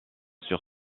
sur